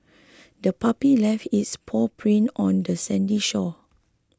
the puppy left its paw prints on the sandy shore